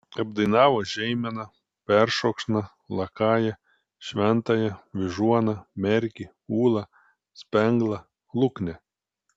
apdainavo žeimeną peršokšną lakają šventąją vyžuoną merkį ūlą spenglą luknę